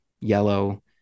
yellow